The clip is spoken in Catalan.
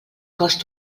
cost